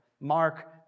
Mark